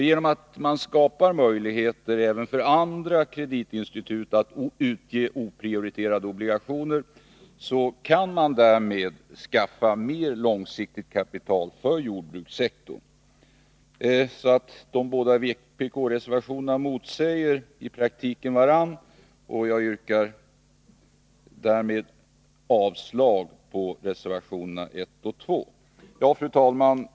Genom att man skapar möjligheter för även andra kreditinstitut att utge oprioriterade obligationer kan man anskaffa mer långsiktigt kapital för jordbrukssektorn. De båda vpkreservationerna motsäger således i praktiken varandra. Jag yrkar därmed avslag på reservationerna 1 och 2. Fru talman!